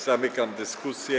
Zamykam dyskusję.